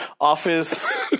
office